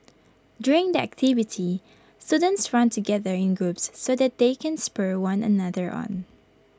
during the activity students run together in groups so that they can spur one another on